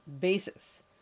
basis